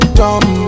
dumb